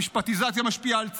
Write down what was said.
המשפטיזציה משפיעה על צה"ל,